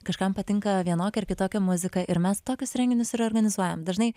kažkam patinka vienokia ar kitokia muzika ir mes tokius renginius ir organizuojam dažnai